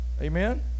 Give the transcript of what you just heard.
Amen